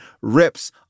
rips